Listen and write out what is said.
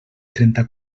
trenta